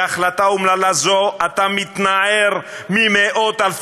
בהחלטה אומללה זו אתה מתנער ממאות-אלפי